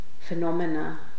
phenomena